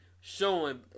showing